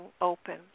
open